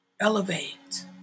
elevate